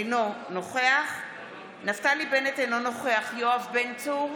אינו נוכח נפתלי בנט, אינו נוכח יואב בן צור,